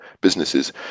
businesses